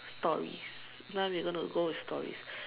stories now we going to go with stories